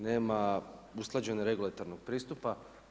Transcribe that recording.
Nema usklađenog regulatornog pristupa.